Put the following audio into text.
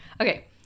Okay